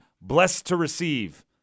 blessed-to-receive